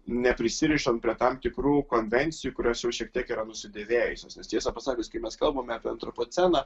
neprisirišant prie tam tikrų konvencijų kurios jau šiek tiek yra nusidėvėjusios nes tiesą pasakius kai mes kalbame apie antropoceną